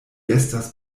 estas